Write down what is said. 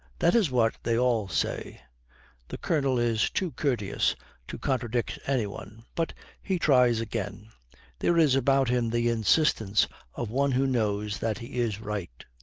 that is what they all say the colonel is too courteous to contradict any one, but he tries again there is about him the insistence of one who knows that he is right.